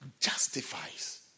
justifies